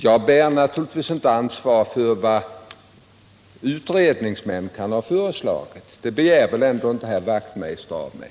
Jag bär naturligtvis inte ansvar för vad utredningsmän kan ha föreslagit — det begär väl ändå inte herr Wachtmeister av mig.